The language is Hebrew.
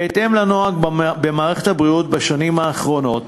בהתאם לנוהג במערכת הבריאות בשנים האחרונות,